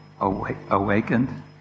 Awakened